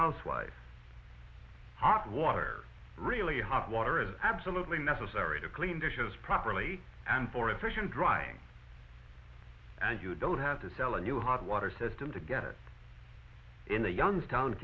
housewife hot water really hot water is absolutely necessary to clean dishes properly and for efficient drying and you don't have to sell a new hot water system to get it in the youngstown